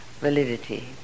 validity